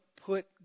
put